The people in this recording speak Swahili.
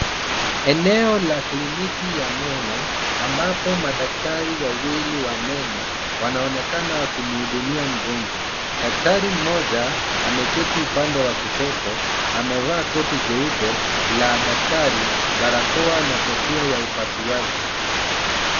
Eneo la kliniki ya meno ambapo madaktari wawili wa meno wanaonekana wakimhudumia mgonjwa. Daktari mmoja ameketi upande wa kushoto amevaa koti jeupe la daktari, barakoa na kofia ya upasuaji.